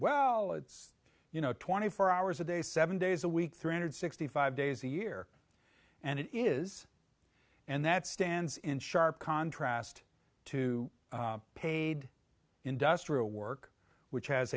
well it's you know twenty four hours a day seven days a week three hundred sixty five days a year and it is and that stands in sharp contrast to paid industrial work which has